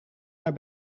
naar